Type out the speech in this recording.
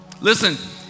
Listen